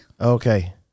Okay